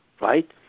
right